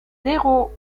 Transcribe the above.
zéro